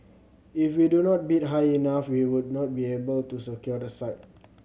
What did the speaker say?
if we do not bid high enough we would not be able to secure the site